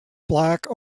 black